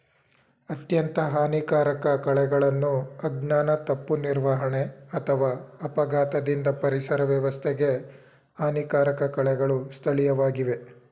ಅತ್ಯಂತ ಹಾನಿಕಾರಕ ಕಳೆಗಳನ್ನು ಅಜ್ಞಾನ ತಪ್ಪು ನಿರ್ವಹಣೆ ಅಥವಾ ಅಪಘಾತದಿಂದ ಪರಿಸರ ವ್ಯವಸ್ಥೆಗೆ ಹಾನಿಕಾರಕ ಕಳೆಗಳು ಸ್ಥಳೀಯವಾಗಿವೆ